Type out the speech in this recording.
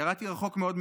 ירדתי רחוק מאוד מהבית,